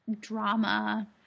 drama